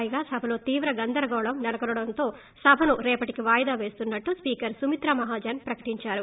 పైగా సభలో తీవ్ర గందరగోళం సెలకొనడంతో సభను రేపటికి వాయిదా పేస్తున్నట్లు స్పీకర్ సుమిత్రా మహాజన్ ప్రకటిందారు